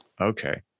Okay